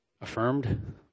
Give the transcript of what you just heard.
Affirmed